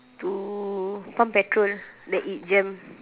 to pump petrol then it jam